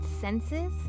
senses